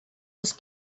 was